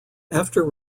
after